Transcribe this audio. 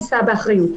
יישא באחריות.